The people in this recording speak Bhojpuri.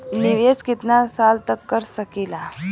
निवेश कितना साल तक कर सकीला?